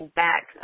back